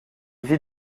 vit